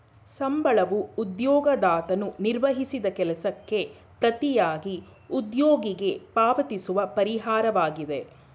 ಸಂಬಳವೂ ಉದ್ಯೋಗದಾತನು ನಿರ್ವಹಿಸಿದ ಕೆಲಸಕ್ಕೆ ಪ್ರತಿಯಾಗಿ ಉದ್ಯೋಗಿಗೆ ಪಾವತಿಸುವ ಪರಿಹಾರವಾಗಿದೆ